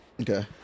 Okay